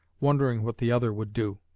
wondering what the other would do.